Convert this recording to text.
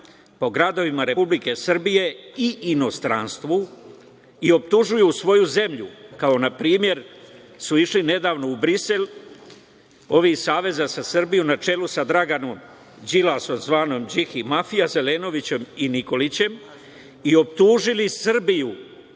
po gradovima Republike Srbije i inostranstvu i optužuju svoju zemlju, kao na primer, su išli nedavno u Brisel, ovih iz Saveza za Srbiju, na čelu sa Draganom Đilasom, zvanom Điki mafija, Zelenovićem i Nikolićem, i optužili Srbiju